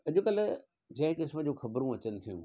अॼुकल्ह जंहिं क़िस्म जूं ख़बरूं अचनि थियूं